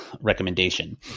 recommendation